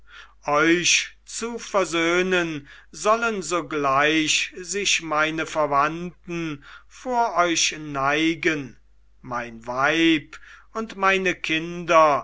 euch zu versöhnen sollen sogleich sich meine verwandten vor euch neigen mein weib und meine kinder